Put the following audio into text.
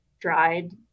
dried